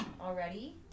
already